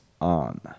on